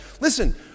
Listen